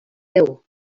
déu